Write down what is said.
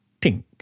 tink